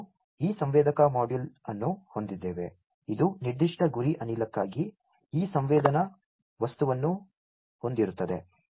ನಾವು ಈ ಸಂವೇದಕ ಮಾಡ್ಯೂಲ್ ಅನ್ನು ಹೊಂದಿದ್ದೇವೆ ಇದು ನಿರ್ದಿಷ್ಟ ಗುರಿ ಅನಿಲಕ್ಕಾಗಿ ಈ ಸಂವೇದನಾ ವಸ್ತುವನ್ನು ಹೊಂದಿರುತ್ತದೆ